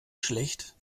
schlecht